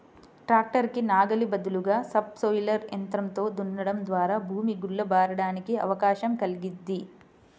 tractor కి నాగలి బదులుగా సబ్ సోయిలర్ యంత్రంతో దున్నడం ద్వారా భూమి గుల్ల బారడానికి అవకాశం కల్గిద్ది